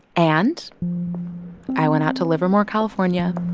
and i went out to livermore, calif, um yeah